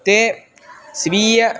ते स्वीय